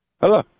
hello